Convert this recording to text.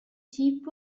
chip